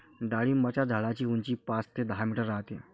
डाळिंबाच्या झाडाची उंची पाच ते दहा मीटर राहते